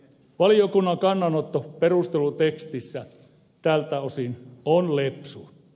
valiokunnan kannanotto perustelutekstissä tältä osin on lepsu